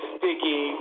Sticky